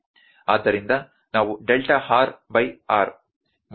ಆದ್ದರಿಂದ ನಾವು delta r by r i